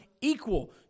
equal